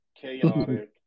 chaotic